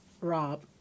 Rob